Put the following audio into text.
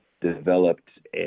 developed